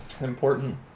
important